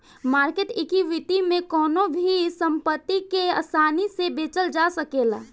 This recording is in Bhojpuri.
मार्केट इक्विटी में कवनो भी संपत्ति के आसानी से बेचल जा सकेला